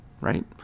right